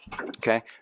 Okay